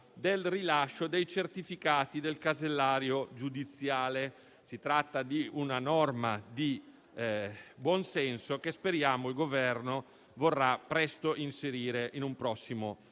del rilascio dei certificati del casellario giudiziale. Si tratta di una norma di buon senso, che speriamo il Governo vorrà presto inserire in un prossimo